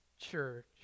church